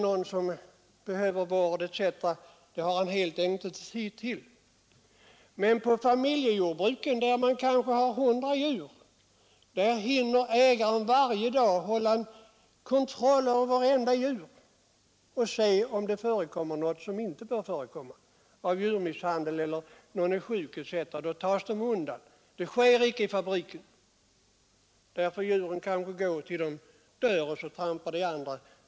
Han har helt enkelt inte tid att se efter om något djur behöver vård. Men i familjejordbruket, där man kanske har något hundratal djur, hinner ägaren företa daglig kontroll av vartenda djur och se om det förekommer något som liknar djurmisshandel, och han hinner att ta undan ett sjukt djur. Det sker icke i fabrikerna.